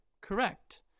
correct